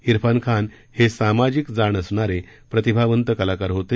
इरफान खान हे सामाजिक जाण असणारे प्रतिभावंत कलाकार होते